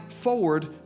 forward